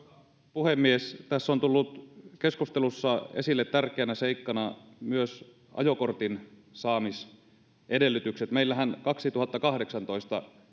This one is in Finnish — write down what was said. puhemies tässä on tullut keskustelussa esille tärkeänä seikkana myös ajokortinsaamisedellytykset meillähän kaksituhattakahdeksantoista